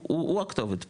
הוא הכתובת פה,